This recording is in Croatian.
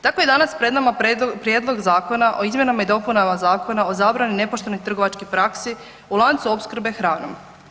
Tako je danas pred nama Prijedlog zakona o izmjenama i dopunama Zakona o zabrani nepoštenih trgovačkih praksi u lancu opskrbe hranom.